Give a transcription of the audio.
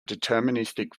deterministic